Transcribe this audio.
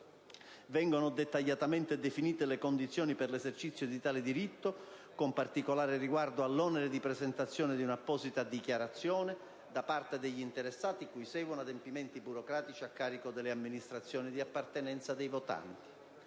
Vengono dettagliatamente definite le condizioni per l'esercizio di tale diritto, con particolare riguardo all'onere di presentazione di un'apposita dichiarazione, da parte degli interessati, cui seguono adempimenti burocratici a carico delle amministrazioni di appartenenza dei votanti.